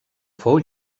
fou